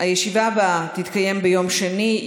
הישיבה הבאה תתקיים ביום שני,